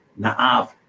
naaf